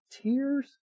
tears